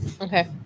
Okay